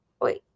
wait